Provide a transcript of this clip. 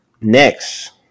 Next